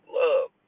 love